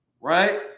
right